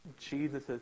Jesus